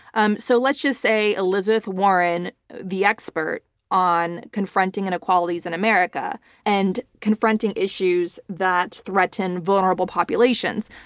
um so let's just say elizabeth warren, the expert on confronting inequalities in america and confronting issues that threatened vulnerable populations.